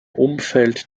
umfeld